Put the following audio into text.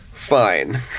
Fine